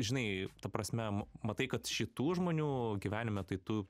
žinai ta prasme matai kad šitų žmonių gyvenime tai tu